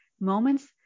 moments